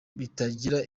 bitagira